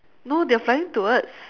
no they are flying towards